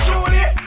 Julie